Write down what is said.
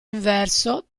inverso